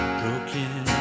broken